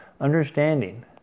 Understanding